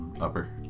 upper